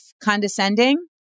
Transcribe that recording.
condescending